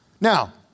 Now